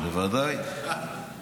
בוודאי, בוודאי.